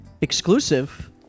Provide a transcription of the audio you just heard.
exclusive